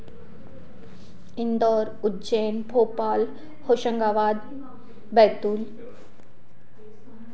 Indore Ujjain Bhopal Hoshangabad Betul